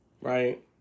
right